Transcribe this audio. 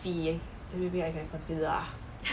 fee then maybe I can consider lah